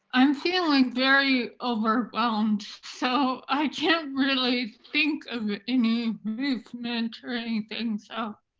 i'm feeling very overwhelmed. so i can't really think of any movement or anything. so